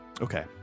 Okay